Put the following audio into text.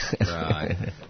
Right